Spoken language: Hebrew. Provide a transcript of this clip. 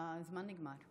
הזמן נגמר.